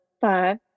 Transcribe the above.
five